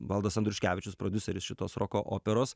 valdas andriuškevičius prodiuseris šitos roko operos